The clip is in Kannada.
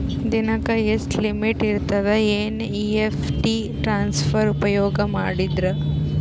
ದಿನಕ್ಕ ಎಷ್ಟ ಲಿಮಿಟ್ ಇರತದ ಎನ್.ಇ.ಎಫ್.ಟಿ ಟ್ರಾನ್ಸಫರ್ ಉಪಯೋಗ ಮಾಡಿದರ?